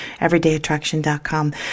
everydayattraction.com